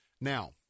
Now